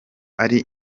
ari